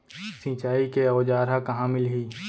सिंचाई के औज़ार हा कहाँ मिलही?